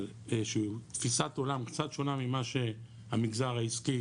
על תפיסת עולם קצת שונה ממה שהמגזר העסקי